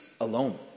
alone